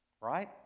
right